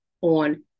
on